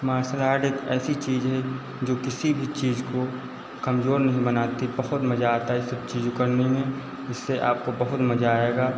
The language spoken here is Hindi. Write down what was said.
मार्सल आर्ट एक ऐसी चीज़ है जो किसी भी चीज़ को कमज़ोर नहीं बनाती बहुत मज़ा आता है यह सब चीज़ करने में इससे आपको बहुत मज़ा आएगा